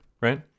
right